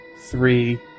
three